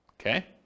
Okay